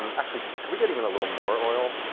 um actually, could we get even a little more oil?